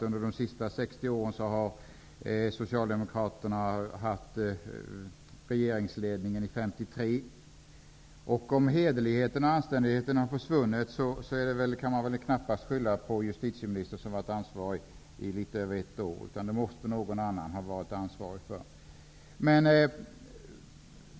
Under de senaste 60 åren har Om hederligheten och anständigheten har försvunnit, kan man väl knappast skylla på den nuvarande justitieministern, som har varit ansvarig i litet över ett år, utan det måste någon annan ha varit ansvarig för.